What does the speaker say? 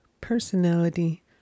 Personality